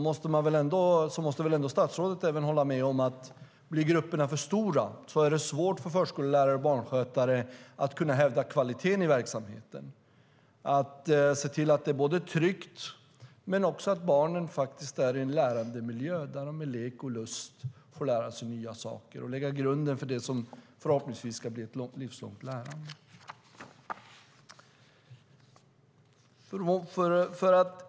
Men statsrådet måste väl ändå hålla med om att om grupperna blir för stora är det svårt för förskollärare och barnskötare att kunna hävda kvaliteten i verksamheten, att se till att det är tryggt och att barnen är i en lärandemiljö där de med lek och lust får lära sig nya saker och lägga grunden för det som förhoppningsvis ska bli ett livslångt lärande.